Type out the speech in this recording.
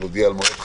נודיע על מועד חדש,